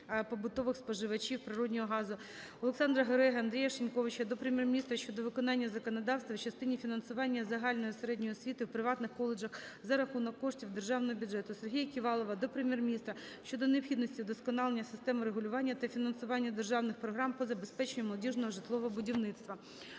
побутових споживачів природного газу. Олександра Гереги, Андрія Шиньковича до Прем'єр-міністра щодо виконання законодавства у частині фінансування загальної середньої освіти у приватних коледжах за рахунок коштів державного бюджету. Сергія Ківалова до Прем'єр-міністра щодо необхідності удосконалення системи регулювання та фінансування державних програм по забезпеченню молодіжного житлового будівництва.